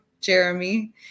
Jeremy